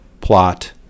plot